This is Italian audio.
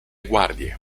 guardie